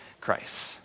Christ